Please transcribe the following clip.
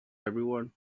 everyone